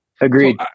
agreed